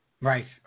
Right